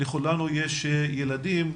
לכולנו יש ילדים,